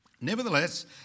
Nevertheless